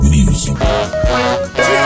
Music